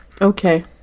Okay